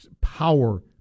power